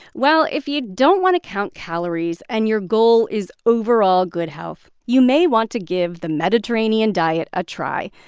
well, if you don't want to count calories and your goal is overall good health, you may want to give the mediterranean diet a try.